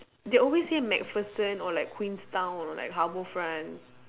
they always say macpherson or like queenstown or like harbourfront